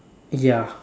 ya